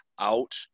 out